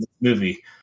movie